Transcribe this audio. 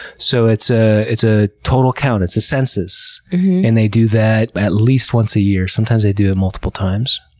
so it's ah it's a total count. it's a census and they do that at least once a year. sometimes they do it multiple times.